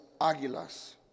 águilas